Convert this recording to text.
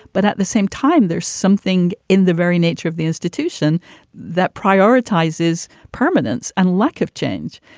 but at the same time, there's something in the very nature of the institution that prioritizes permanence and lack of change.